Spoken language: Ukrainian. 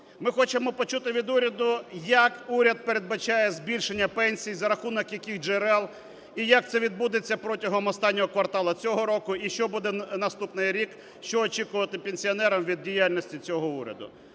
Ми хочемо почути від уряду, як уряд передбачає збільшення пенсій, за рахунок яких джерел і як це відбудеться протягом останнього кварталу цього року, і що буде наступний рік, що очікувати пенсіонерам від діяльності цього уряду.